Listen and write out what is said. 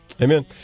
Amen